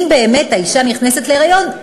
אם באמת האישה נכנסת להיריון,